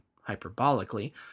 hyperbolically